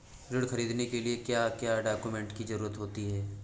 ऋण ख़रीदने के लिए क्या क्या डॉक्यूमेंट की ज़रुरत होती है?